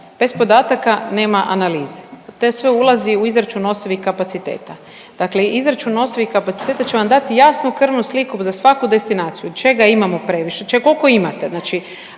bez podataka nema analize. Te sve ulazi u izračun osobnih kapaciteta. Dakle izračun .../Govornik se ne razumije./... kapaciteta će vam dati jasnu krvnu sliku za svaku destinaciju, čega imamo previše, čeg, koliko imate,